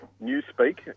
Newspeak